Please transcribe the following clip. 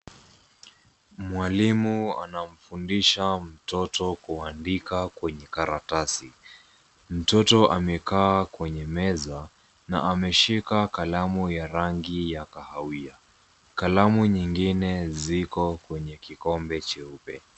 Mwalimu anamfundisha mtoto kuandika kwenye karatasi. Mtoto amekaa kwenye meza na ameshika kalamu ya rangi ya kahawia. Kalamu nyingine ziko kwenye kikombe cheupe.